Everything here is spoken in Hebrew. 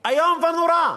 איום ונורא.